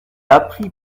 appris